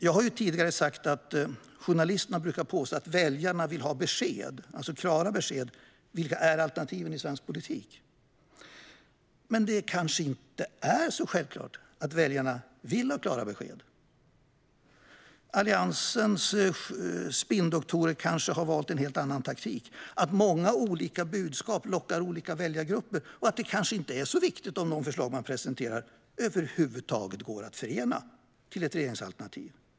Jag har tidigare sagt att journalister brukar påstå att väljarna vill ha klara besked om vilka alternativen är i svensk politik. Men det kanske inte är så självklart att väljarna vill ha klara besked. Alliansens spinndoktorer har kanske valt en annan taktik: Många olika budskap lockar olika väljargrupper, och det är kanske inte så viktigt om de förslag som man presenterar över huvud taget går att förena till ett regeringsalternativ.